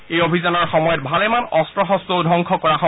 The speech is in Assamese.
এই অভিযানৰ সময়ত ভালেমান অস্ত্ৰ শস্ত্ৰ ধ্বংস কৰা হয়